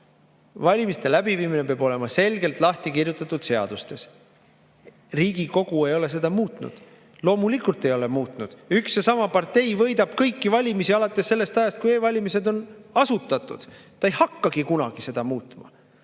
Valimiste läbiviimine peab olema selgelt lahti kirjutatud seadustes. Riigikogu ei ole seda muutnud. Loomulikult ei ole muutnud. Üks ja sama partei võidab kõiki valimisi alates sellest ajast, kui e-valimised on asutatud. Ta ei hakkagi kunagi seda muutma. Kuidas